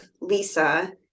Lisa